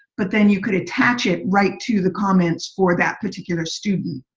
but then you could attach it right to the comments for that particular student.